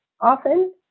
often